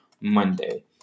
Monday